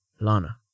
lana